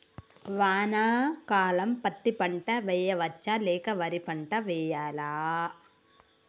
వానాకాలం పత్తి పంట వేయవచ్చ లేక వరి పంట వేయాలా?